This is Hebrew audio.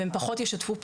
והם פחות ישתפו פעולה.